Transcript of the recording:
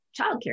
childcare